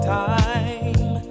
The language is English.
time